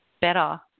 better